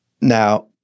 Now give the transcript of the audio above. Now